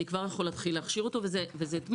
'אני כבר יכול להתחיל להכשיר אותו' וזה אתמול,